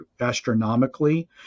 astronomically